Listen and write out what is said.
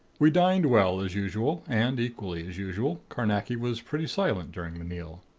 we dined well, as usual, and, equally as usual, carnacki was pretty silent during the meal.